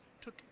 took